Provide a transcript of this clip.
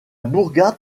bourgade